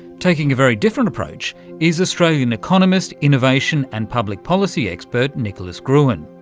taking a very different approach is australian economist, innovation and public policy expert, nicholas gruen.